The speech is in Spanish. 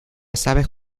sabes